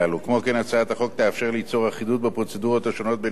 הצעת החוק תאפשר ליצור אחידות בפרוצדורות השונות בין בתי-הדין,